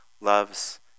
loves